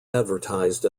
advertised